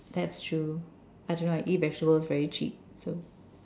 that's true I don't know I eat vegetables very cheap so